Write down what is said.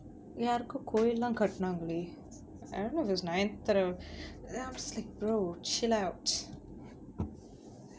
யாருக்கோ கோவில்லாம் கெட்னாங்களே:yaarukko kovillam ketnaangalae I don't know if it's nayanthaara then I'm just like bro chill out